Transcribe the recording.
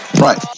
Right